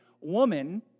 woman